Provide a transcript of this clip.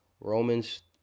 Romans